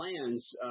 plans